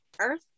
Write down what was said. earth